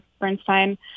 Bernstein